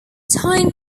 tyne